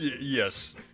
Yes